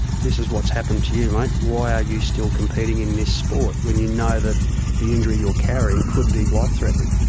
this is what's happened to you, mate. why are you still competing in this sport when you know that the injury you're carrying could be life threatening?